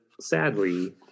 sadly